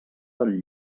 del